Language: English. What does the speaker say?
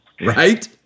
Right